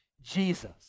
Jesus